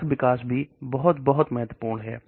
परख विकास भी बहुत बहुत महत्वपूर्ण है